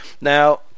now